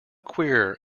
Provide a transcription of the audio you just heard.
queer